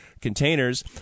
containers